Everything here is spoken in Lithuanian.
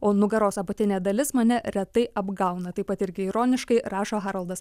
o nugaros apatinė dalis mane retai apgauna taip pat irgi ironiškai rašo haroldas